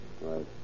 Right